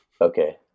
Okay